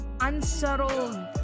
unsettled